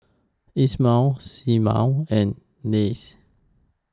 Ismael Seamus and Lia